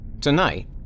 Tonight